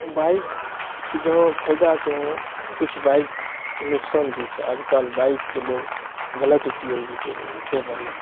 बाइकके जहाँ फायदा छै वहाँ कुछ बाइकके नुकसान भी छै आजकल बाइकके लोग गलत ऊपयोग भी करि करि रहलै